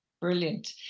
Brilliant